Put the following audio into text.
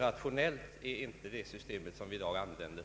Rationellt är inte det system som vi i dag använder.